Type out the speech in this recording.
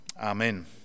Amen